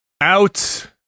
Out